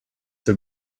have